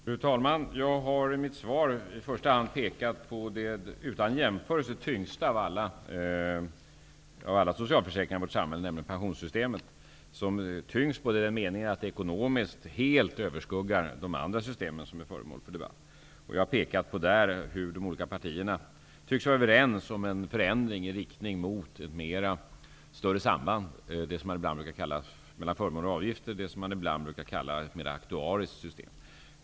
Fru talman! Jag har i mitt svar i första hand pekat på det utan jämförelse tyngsta av alla socialförsäkringar i vårt samhälle, nämligen pensionssystemet, som ekonomiskt helt överskuggar de andra system som är föremål för debatt. Jag pekade på hur de olika partierna tycks vara överens om en förändring i riktning mot ett större samband mellan förmåner och avgifter, dvs. ett system som ibland brukar kallas ett aktuariskt system.